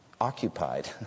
occupied